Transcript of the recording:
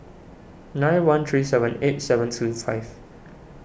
nine one three seven eight seven two five